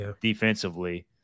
defensively